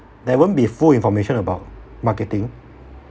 there won't be full information about marketing